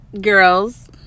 girls